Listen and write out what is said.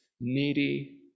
needy